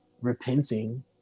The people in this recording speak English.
repenting